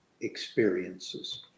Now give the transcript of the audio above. experiences